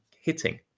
hitting